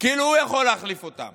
כאילו הוא יכול להחליף אותם.